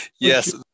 Yes